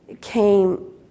came